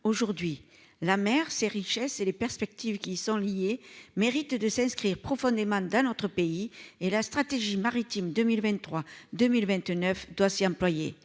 aujourd'hui la mer ses richesses et les perspectives qui sont liés mérite de s'inscrire, profondément dans notre pays et la stratégie maritime 2023 2029 doit s'y employer,